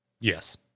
Yes